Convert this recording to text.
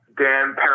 Dan